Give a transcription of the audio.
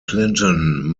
clinton